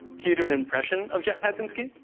can you do an impression of jet packinski?